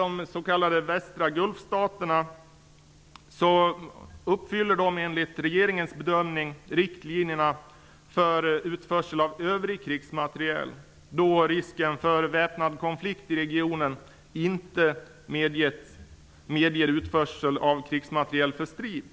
De s.k. västra Gulfstaterna uppfyller enligt regeringens bedömning riktlinjerna för utförsel av övrig krigsmateriel, då risken för väpnad konflikt i regionen inte medger utförsel av krigsmateriel för strid.